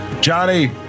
Johnny